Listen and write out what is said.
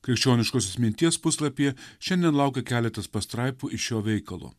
krikščioniškosios minties puslapyje šiandien laukia keletas pastraipų iš šio veikalo